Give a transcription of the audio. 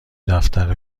دفتر